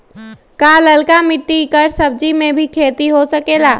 का लालका मिट्टी कर सब्जी के भी खेती हो सकेला?